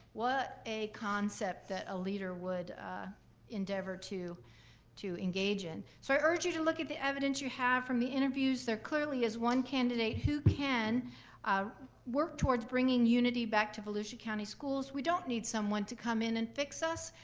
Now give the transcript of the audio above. what a concept that a leader would endeavor to to engage in. so i urge you to look at the evidence you have from the interviews. there clearly is one candidate who can work towards bringing unity back to volusia county schools. we don't need someone to come in and fix us.